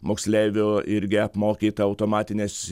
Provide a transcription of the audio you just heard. moksleivių irgi apmokyta automatinės